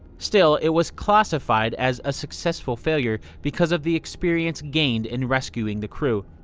still, it was classified as a successful failure because of the experience gained in rescuing the crew.